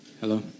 hello